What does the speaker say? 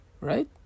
right